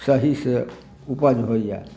सही से ऊपज होइया